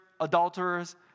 adulterers